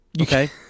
okay